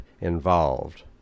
involved